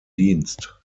dienst